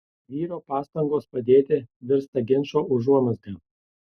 vyro pastangos padėti virsta ginčo užuomazga